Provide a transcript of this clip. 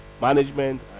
management